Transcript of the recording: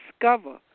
discover